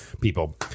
people